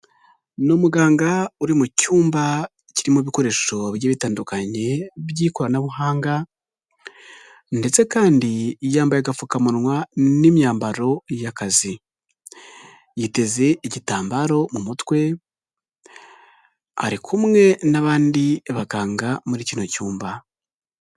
Ni umuganga uri mu cyumba cyirimo ibikoresho bigiye bitandukanye by'ikoranabuhanga, ndetse kandi yambaye agapfukamunwa n'imyambaro y'akazi, yiteze igitambaro mu mutwe ari kumwe n'abandi baganga muri kino cyumba.